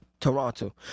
Toronto